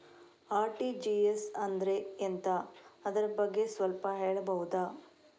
RTGS ಅಂದ್ರೆ ಎಂತ ಅದರ ಬಗ್ಗೆ ಸ್ವಲ್ಪ ಹೇಳಬಹುದ?